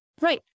Right